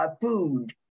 food